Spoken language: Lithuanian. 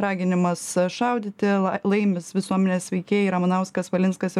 raginimas šaudyti la laimis visuomenės veikėjai ramanauskas valinskas ir